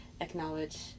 acknowledge